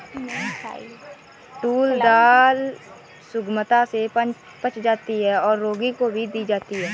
tour दाल सुगमता से पच जाती है और रोगी को भी दी जाती है